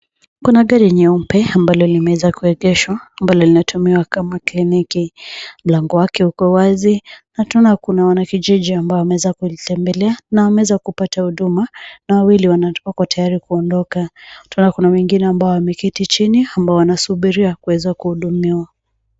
Kuna gari nyeupe ,ambalo limeweza kuegeshwa, ambalo linatumiwa kama kliniki. Mlango wake uko wazi na tena kuna wanakijiji ambao wameweza kulitembelea na wameweza kupata huduma na wawili wana wako tayari kuondoka. Tunaona kuna wengine ambao wameketi chini, ambao wanasubiria kuweza kuhudumiwa.